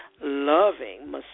loving